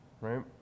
right